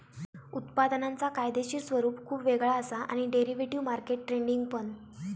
उत्पादनांचा कायदेशीर स्वरूप खुप वेगळा असा आणि डेरिव्हेटिव्ह मार्केट ट्रेडिंग पण